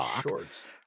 Shorts